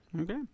okay